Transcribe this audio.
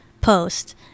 post